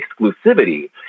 exclusivity